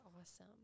awesome